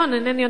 אינני יודעת,